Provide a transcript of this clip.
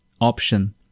option